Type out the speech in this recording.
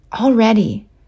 already